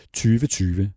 2020